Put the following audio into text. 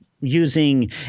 using